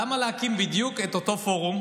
למה להקים בדיוק את אותו פורום?